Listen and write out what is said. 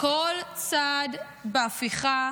כל צעד בהפיכה,